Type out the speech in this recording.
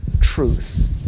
truth